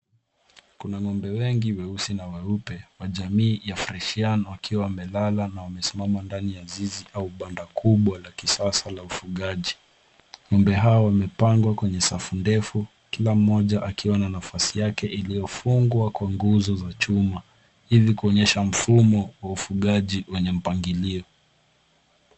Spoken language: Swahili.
Kuna ng'ombe wengi weusi na weupe wa jamii ya cs[friesian]cs wakiwa wamelala na wamesimama ndani ya zizi au banda kubwa la kisasa la ufugaji. Ng'ombe hao wamepangwa kwenye safu ndefu, kila mmoja akiwa na nafasi yake iliyofungwa kwa nguzo za chuma ili kuonyesha mfumo wa ufugaji wenye mpangilio.